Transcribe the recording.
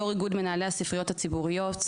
יו"ר איגוד מנהלי הספריות הציבוריות.